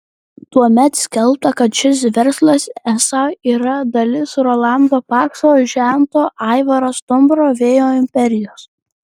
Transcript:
tuomet skelbta kad šis verslas esą yra dalis rolando pakso žento aivaro stumbro vėjo imperijos